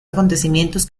acontecimientos